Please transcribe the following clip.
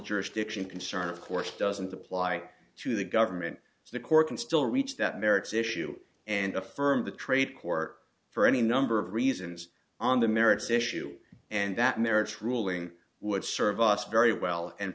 jurisdiction concern of course doesn't apply to the government the court can still reach that merits issue and affirm the trade court for any number of reasons on the merits issue and that merits ruling would serve us very well and